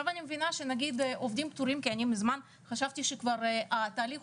אני מבינה שעובדים פטורים מזמן חשבתי שהתהליך